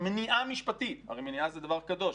מניעה משפטית - הרי מניעה זה דבר קדוש,